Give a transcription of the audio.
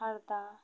Harda